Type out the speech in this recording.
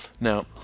Now